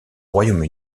royaume